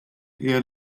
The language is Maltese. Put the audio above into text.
hija